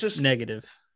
negative